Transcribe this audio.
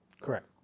Correct